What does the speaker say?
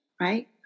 right